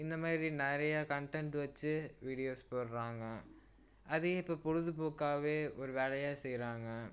இந்த மாதிரி நிறையா கன்டென்ட்டு வச்சு வீடியோஸ் போடுறாங்க அதே இப்போ பொழுதுபோக்காவே ஒரு வேலையாக செய்கிறாங்க